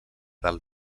del